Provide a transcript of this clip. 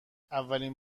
اولین